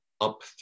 up